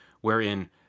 wherein